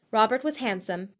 robert was handsome,